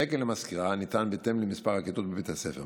תקן למזכירה ניתן בהתאם למספר הכיתות בבית הספר.